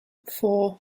four